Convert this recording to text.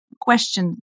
question